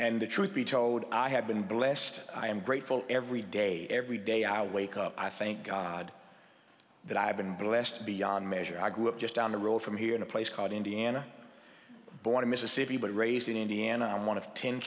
and the truth be told i have been blessed i am grateful every day every day i wake up i thank god that i've been blessed beyond measure i grew up just down the road from here in a place called indiana born in mississippi but raised in indiana i am one of ten